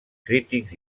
crítics